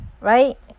right